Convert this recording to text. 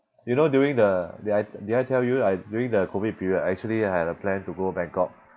you know during the did I did I tell you I during the COVID period I actually I had a plan to go Bangkok